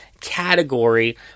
category